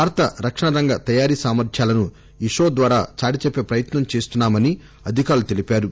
భారత రక్షణ రంగ తయారీ సామర్ద్యాలను ఈ షో ద్వారా చాటిచెప్పే ప్రయత్నం చేస్తున్నామని అధికారులు తెలిపారు